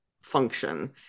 function